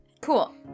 Cool